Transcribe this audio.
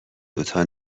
دوتا